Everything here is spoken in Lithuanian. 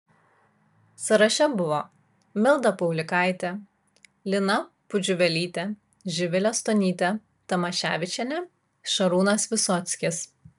sąraše buvo milda paulikaitė lina pudžiuvelytė živilė stonytė tamaševičienė šarūnas visockis